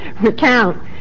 recount